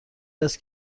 است